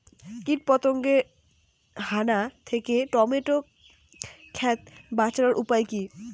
কীটপতঙ্গের হানা থেকে টমেটো ক্ষেত বাঁচানোর উপায় কি?